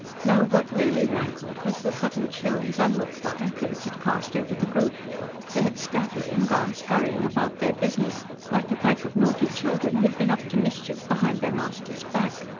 no, what really rankled was the sudden chill his unlooked-for entrance had cast over the group they had scattered and gone scurrying about their business, like a pack of naughty children who had been up to mischief behind their master's back.